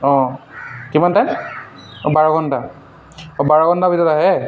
অঁ কিমান টাইম বাৰ ঘণ্টা অঁ বাৰ ঘণ্টাৰ ভিতৰত আহে